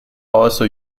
also